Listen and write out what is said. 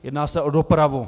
Jedná se o dopravu.